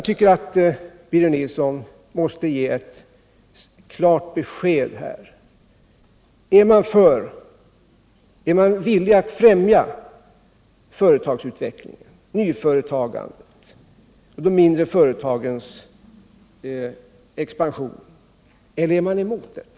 Birger Nilsson måste ge ett klart besked här. Är ni villiga att främja företagsutvecklingen, nyföretagandet och de mindre företagens expansion, eller är ni emot detta?